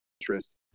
interest